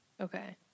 Okay